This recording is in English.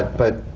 but